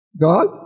God